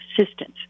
assistance